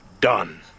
done